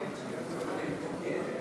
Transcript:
סיעת המחנה הציוני